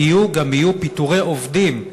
יהיו גם יהיו פיטורי עובדים.